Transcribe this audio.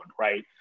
Right